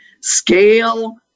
scale